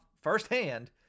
firsthand